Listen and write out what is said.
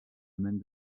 domaine